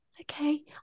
okay